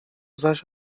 zaś